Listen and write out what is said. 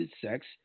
sex